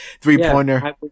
three-pointer